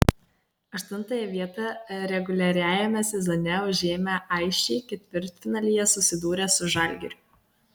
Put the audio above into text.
aštuntąją vietą reguliariajame sezone užėmę aisčiai ketvirtfinalyje susidūrė su žalgiriu